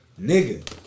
nigga